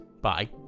Bye